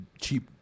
cheap